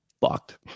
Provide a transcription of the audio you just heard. fucked